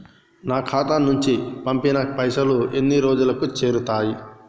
నా ఖాతా నుంచి పంపిన పైసలు ఎన్ని రోజులకు చేరుతయ్?